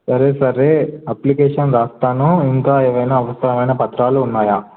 సరే సరే అప్లికేషన్ రాస్తాను ఇంకా ఏవైనా అవసరమైన పత్రాలు ఉన్నాయా